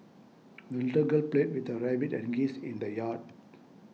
the little girl played with her rabbit and geese in the yard